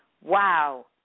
wow